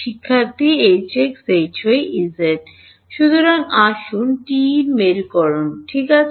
শিক্ষার্থী Hx Hy Ez সুতরাং আসুন TE মেরুকরণ ঠিক আছে